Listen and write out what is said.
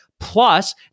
Plus